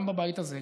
גם בבית הזה,